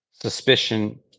suspicion